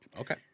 Okay